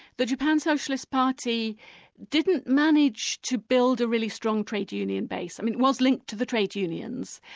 the japan socialist party didn't manage to build a really strong trade union base. i mean, it was linked to the trade unions,